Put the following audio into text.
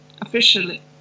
officially